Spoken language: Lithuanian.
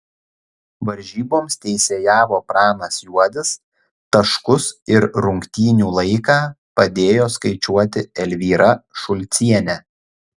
varžyboms teisėjavo pranas juodis taškus ir rungtynių laiką padėjo skaičiuoti elvyra šulcienė